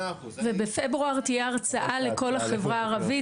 בפברואר תהיה הרצאה לכל החברה הערבית,